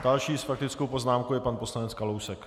Další s faktickou poznámkou je pan poslanec Kalousek.